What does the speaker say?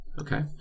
Okay